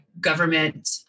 government